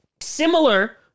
similar